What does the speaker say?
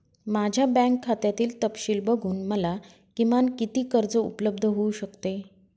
माझ्या बँक खात्यातील तपशील बघून मला किमान किती कर्ज उपलब्ध होऊ शकते?